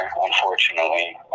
unfortunately